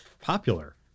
popular